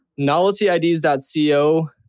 noveltyids.co